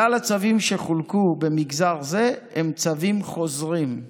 כלל הצווים שחילקו במגזר זה הם צווים חוזרים.